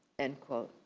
end quote.